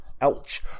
Ouch